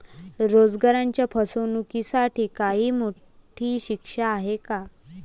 रोजगाराच्या फसवणुकीसाठी काही मोठी शिक्षा आहे का?